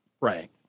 Right